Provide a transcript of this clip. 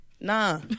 Nah